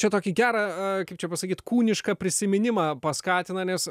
čia tokį gerą a kaip čia pasakyt kūnišką prisiminimą paskatina nes